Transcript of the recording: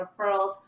referrals